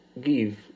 give